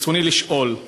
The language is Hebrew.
רצוני לשאול: